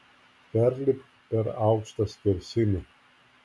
perlipk per aukštą skersinį